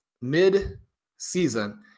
mid-season